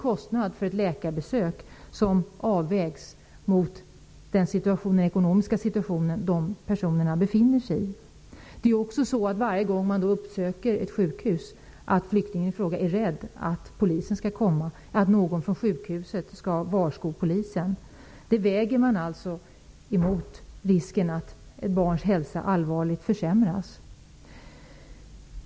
Kostnaden för ett läkarbesök är dryg i den ekonomiska situation dessa personer befinner sig i. Varje gång flyktingen uppsöker ett sjukhus är han eller hon rädd att polisen skall komma -- att någon från sjukhuset skall varsko polisen. Denna risk väger man alltså mot risken att ett barns hälsa allvarligt försämras.